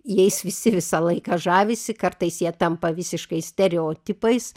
jais visi visą laiką žavisi kartais jie tampa visiškai stereotipais